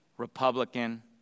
Republican